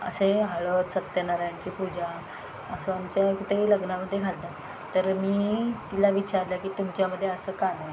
अशे हळद सत्यनारायणची पूजा असं आमच्या की ते लग्नामध्ये घालतात तर मी तिला विचारलं की तुमच्यामध्ये असं का नाही